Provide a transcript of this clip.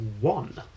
one